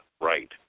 right